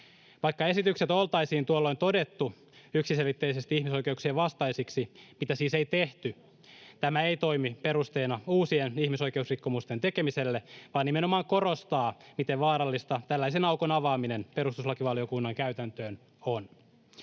Vaikka esitykset oltaisiin tuolloin todettu yksiselitteisesti ihmisoikeuksien vastaisiksi, mitä siis ei tehty, tämä ei toimi perusteena uusien ihmisoikeusrikkomusten tekemiselle, vaan nimenomaan korostaa, miten vaarallista tällaisen aukon avaaminen perustuslakivaliokunnan käytäntöön on.